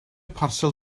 parsel